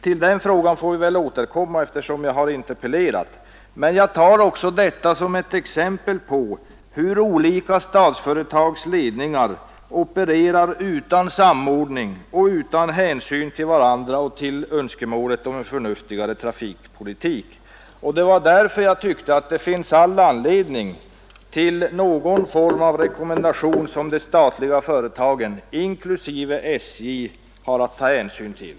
Till den frågan får vi väl återkomma eftersom jag har interpellerat, men jag tar också detta som ett exempel på hur olika statsföretags ledningar opererar utan samordning och utan hänsyn till varandra och till önskemålet om en förnuftigare trafikpolitik. Det är därför som jag tycker att det finns all anledning till någon form av rekommendation som de statliga företagen, inklusive SJ, har att ta hänsyn till.